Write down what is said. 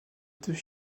deux